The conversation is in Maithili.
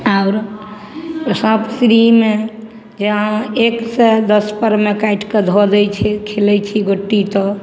आओर ओ साँप सीढ़ीमे जे अहाँ एक सए दसपर मे काटिकऽ धऽ दै छै खेलय छी गोटी तऽ